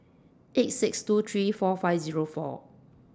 eight six two three four five Zero four